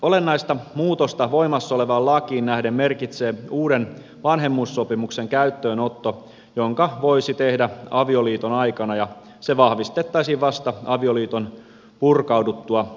olennaista muutosta voimassa olevaan lakiin nähden merkitsee uuden vanhemmuussopimuksen käyttöönotto jonka voisi tehdä avioliiton aikana ja se vahvistettaisiin vasta avioliiton purkauduttua avioeron kautta